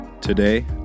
Today